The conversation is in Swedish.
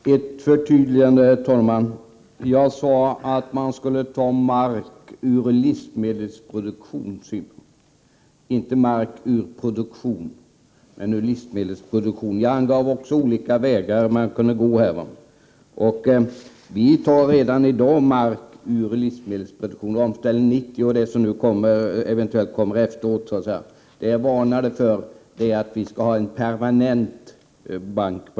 Herr talman! Jag vill göra ett förtydligande. Jag sade att man skall ta mark ur livsmedelsproduktion, inte mark ur produktion. Jag angav också olika vägar som man kan gå. Vi tar redan i dag mark ur livsmedelsproduktion genom Omställning 90 och det som eventuellt kommer efteråt. Jag varnade för att det kan bli en permanent bank.